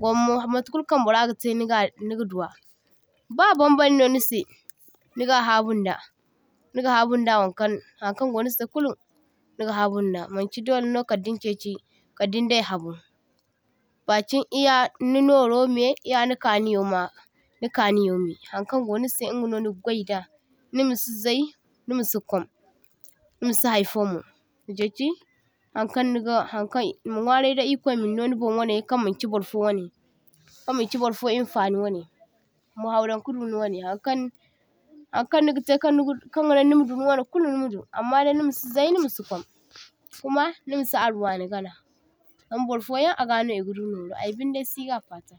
gwammo matakulu kaŋ burra gatai niga niga duwa. Ba baŋbaŋno nisai niga habunda niga habunda waŋkaŋ haŋkaŋ gonisai kulu niga habunda, maŋchi dole no kadday nichaichi kaddin dai habu, bachin i’ya ni noromai dai e’ya ni kaniyo ma ni kaniyo mai, haŋkaŋ go nisai ingano niga gwaida nimasi zay nimasi kwam nimasi haifomo, machaichi haŋkaŋ niga haŋkaŋ ma nwaray ir’kwai minno nibon wanai kaŋ maŋchi burfo wanai kaŋ maŋchi burfo hinfani wanai. Ma hawdaŋ kadu niwanai haŋkaŋ haŋkaŋ niga tai kannigadu kaŋ ganaŋ nima du niwanai kulu nima du, amma dai nimasi zay nimasi kwam, kuma nimasi hari wani gana zama burfoyaŋ agano i’gadu noru aybindai aysi gafata.